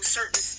Certain